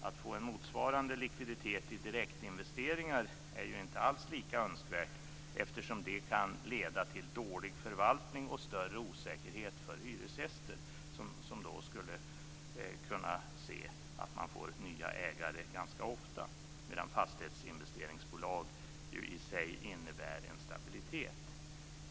Att få en motsvarande likviditet i direktinvesteringar är ju inte alls lika önskvärt, eftersom det kan leda till dålig förvaltning och större osäkerhet för hyresgäster, som då kanske skulle få nya fastighetsägare ganska ofta medan fastighetsinvesteringsbolag i sig innebär en stabilitet.